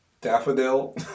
Daffodil